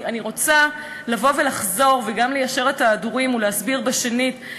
אני רוצה לחזור וגם ליישר את ההדורים ולהסביר בשנית,